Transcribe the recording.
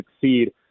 succeed